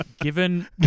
Given